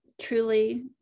truly